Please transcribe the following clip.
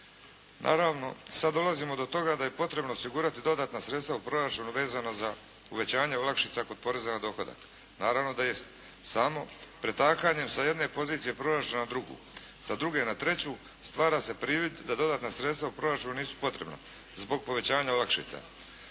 Naravno sad dolazimo do toga da je potrebno osigurati potrebna sredstva u proračunu vezano za uvećanje olakšica kod poreza na dohodak. Naravno da jest samo pretakanjem sa jedne pozicije proračuna na drugu, sa druge na treću stvara se privid da dodatna sredstva u proračunu nisu potrebna zbog povećanja olakšica